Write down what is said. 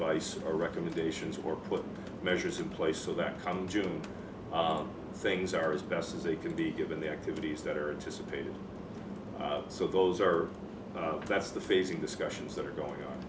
vice or recommendations or put measures in place so that come june things are as best as they can be given the activities that are just a pain so those are that's the facing discussions that are going on